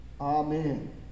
Amen